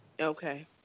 Okay